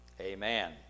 amen